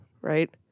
right